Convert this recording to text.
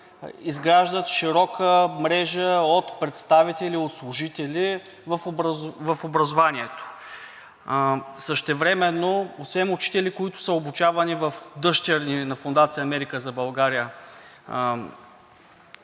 изграждат широка мрежа от представители, от служители в образованието. Същевременно освен учители, които са обучавани в дъщерни на Фондация „Америка за България“